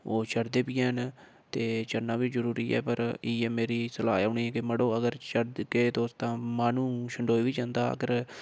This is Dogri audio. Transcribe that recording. ओह् चढ़दे बी हैन ते चढ़ना बी जरूरी ऐ पर इ'यै मेरी सलाह् ऐ उ'नें ई कि मड़ो कि अगर चढ़गे तुस तां माह्नू छंडोई बी जंदा अगर